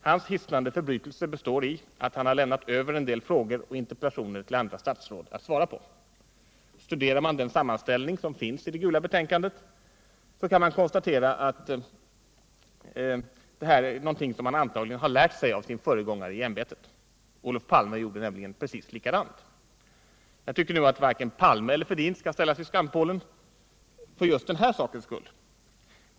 Hans hisnande förbrytelse består i att han har lämnat över en del frågor och interpellationer till andra statsråd att svara på. Studerar man den sammanställning som finns i det gula betänkandet, kan man konstatera att det är någonting som han antagligen har lärt sig av sin föregångare i ämbetet — Olof Palme gjorde nämligen precis likadant. Jag tycker nu att varken herr Palme eller herr Fälldin skall ställas vid skampålen för just den här sakens skull.